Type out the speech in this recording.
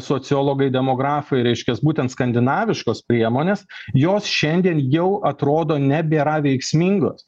sociologai demografai reiškias būtent skandinaviškos priemonės jos šiandien jau atrodo nebėra veiksmingos